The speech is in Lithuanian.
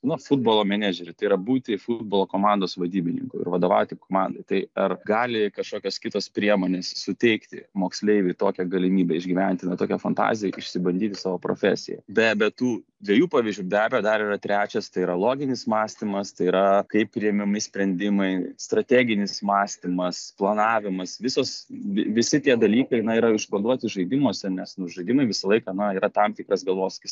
nu futbolo menedžerį tai yra būti futbolo komandos vadybininku ir vadovauti komandai tai ar gali kažkokios kitos priemonės suteikti moksleiviui tokią galimybę išgyventi na tokią fantaziją išsibandyti savo profesiją be be tų dviejų pavyzdžių be abejo dar yra trečias tai yra loginis mąstymas tai yra kaip priimami sprendimai strateginis mąstymas planavimas visos vi visi tie dalykai na yra užkoduoti žaidimuose nes nu žaidimai visą laiką na yra tam tikras galvosūkis